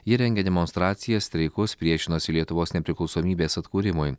ji rengė demonstracijas streikus priešinosi lietuvos nepriklausomybės atkūrimui